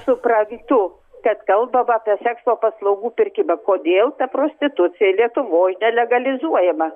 suprantu kad kalbama apie sekso paslaugų pirkimą kodėl ta prostitucija lietuvoj nelegalizuojama